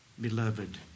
Beloved